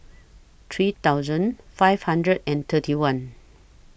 three thousand five hundred and thirty one